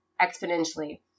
exponentially